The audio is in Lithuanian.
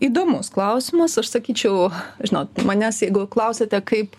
įdomus klausimas aš sakyčiau žinot manęs jeigu klausiate kaip